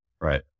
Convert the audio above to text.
Right